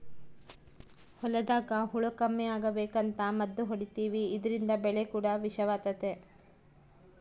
ಹೊಲದಾಗ ಹುಳ ಕಮ್ಮಿ ಅಗಬೇಕಂತ ಮದ್ದು ಹೊಡಿತಿವಿ ಇದ್ರಿಂದ ಬೆಳೆ ಕೂಡ ವಿಷವಾತತೆ